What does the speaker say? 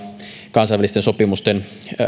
kansainvälisten sopimusten